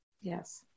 Yes